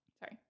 Sorry